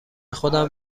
خودم